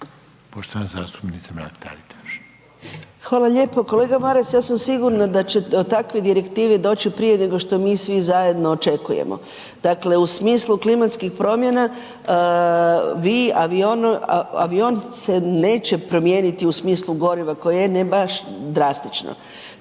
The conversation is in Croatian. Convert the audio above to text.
**Mrak-Taritaš, Anka (GLAS)** Hvala lijepo. Kolega Maras ja sam da će do takve direktive doći prije nego što mi svi zajedno očekujemo. Dakle u smislu klimatskih promjena, vi avion, avion se neće promijeniti u smislu goriva koje je ne baš drastično